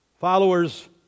Followers